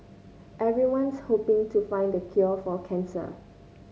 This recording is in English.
everyone's hoping to find the cure for cancer